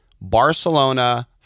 Barcelona